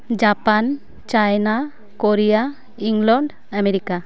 Japan China Korea England America